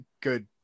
good